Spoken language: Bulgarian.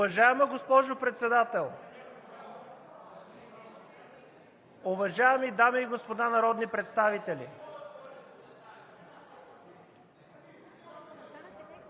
Уважаема госпожо Председател, уважаеми дами и господа народни представители,